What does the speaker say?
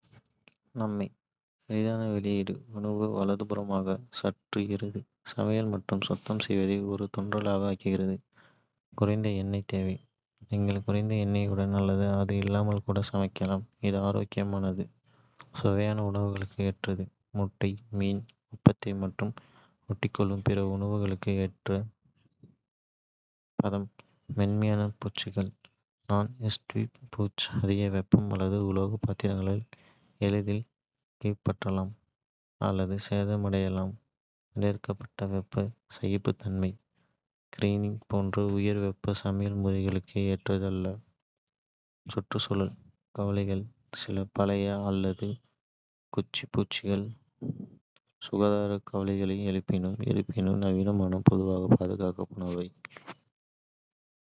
நன்மை. எளிதான வெளியீடு உணவு வலதுபுறமாக சறுக்குகிறது, சமையல் மற்றும் சுத்தம் செய்வதை ஒரு தென்றலாக ஆக்குகிறது. குறைந்த எண்ணெய் தேவை: நீங்கள் குறைந்த எண்ணெயுடன் அல்லது அது இல்லாமல் கூட சமைக்கலாம், இது ஆரோக்கியமானது. சுவையான உணவுகளுக்கு ஏற்றது: முட்டை, மீன், அப்பத்தை மற்றும் ஒட்டிக்கொள்ளும் பிற உணவுகளுக்கு ஏற்றது. பாதகம். மென்மையான பூச்சுகள் நான்-ஸ்டிக் பூச்சு அதிக வெப்பம் அல்லது உலோக பாத்திரங்களால் எளிதில் கீறப்படலாம் அல்லது சேதமடையலாம். வரையறுக்கப்பட்ட வெப்ப சகிப்புத்தன்மை சீரிங் போன்ற உயர் வெப்ப சமையல் முறைகளுக்கு ஏற்றது அல்ல. சுற்றுச்சூழல் கவலைகள்: சில பழைய அல்லாத குச்சி பூச்சுகள் சுகாதார கவலைகளை எழுப்பின, இருப்பினும் நவீனமானவை பொதுவாக பாதுகாப்பானவை.